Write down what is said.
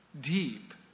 deep